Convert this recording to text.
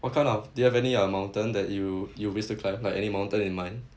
what kind of do you have any uh mountain that you you wish to climb like any mountain in mind